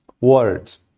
words